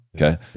okay